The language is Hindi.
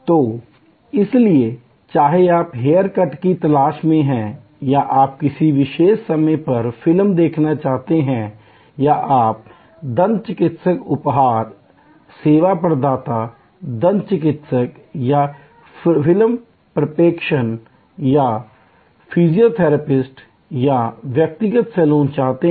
तो इसलिए चाहे आप हेयर कट की तलाश में हैं या आप किसी विशेष समय पर फिल्म देखना चाहते हैं या आप अपना दंत चिकित्सा उपचार डेंटल ट्रीटमेंट सेवा प्रदाता सर्विस प्रोवाइडर दंत चिकित्सक या फिल्म प्रक्षेपण डेंटिस्ट या मूवी प्रोजेक्शन या फिजियोथेरेपिस्ट या व्यक्तिगत सैलून चाहते हैं